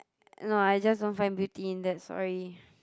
no I just don't find beauty in that sorry